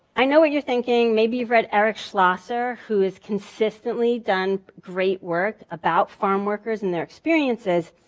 i know what you're thinking. maybe you've read eric schlosser who has consistently done great work about farmworkers and their experiences,